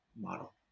model